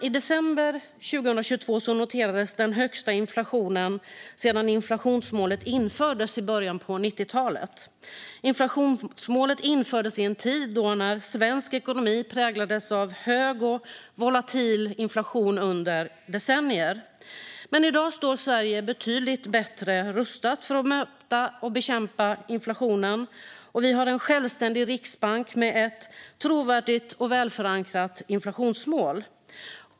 I december 2022 noterades den högsta inflationen sedan inflationsmålet infördes i början på 90-talet. Inflationsmålet infördes i en tid när svensk ekonomi präglades av hög och volatil inflation under decennier. I dag står Sverige betydligt bättre rustat för att möta och bekämpa inflationen. Vi har en självständig riksbank med ett trovärdigt och välförankrat inflationsmål.